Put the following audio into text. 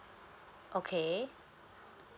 okay